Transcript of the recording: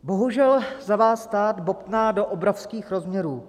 Bohužel za vás stát bobtná do obrovských rozměrů.